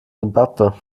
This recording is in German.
simbabwe